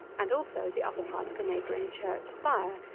and also the upper part of a neighbouring church spire,